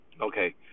Okay